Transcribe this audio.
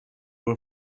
were